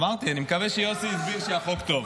אמרתי, אני מקווה שיוסי הסביר שהחוק טוב.